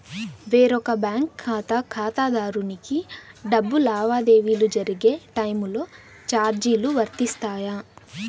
వేరొక బ్యాంకు ఖాతా ఖాతాదారునికి డబ్బు లావాదేవీలు జరిగే టైములో చార్జీలు వర్తిస్తాయా?